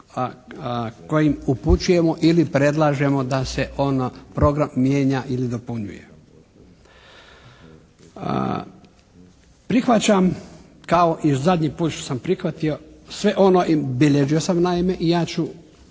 kojim upućujemo ili predlažemo da se ono program mijenja ili dopunjuje. Prihvaćam kao i zadnji put što sam prihvatio sve ono i bilježio sam naime i ja ću